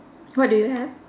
what do you have